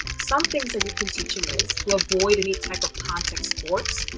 some things that you can teach them is to avoid any type of contact sports,